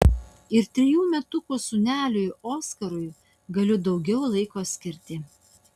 ir trejų metukų sūneliui oskarui galiu daugiau laiko skirti